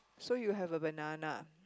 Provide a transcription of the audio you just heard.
so you have a banana